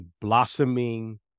blossoming